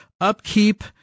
upkeep